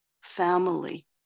family